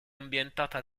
ambientata